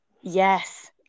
Yes